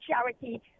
charity